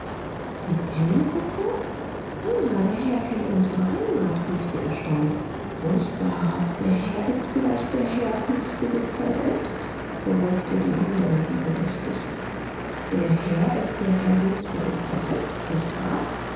sie kennen kutno rosa der herr kennt unsere heimat rief sie erstaunt ruhig sara der herr ist vielleicht der herr gutsbesitzer selbst beruhigte die andere sie bedächtig der herr ist der herr gutsbesitzer selbst nicht wahr